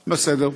בסדר.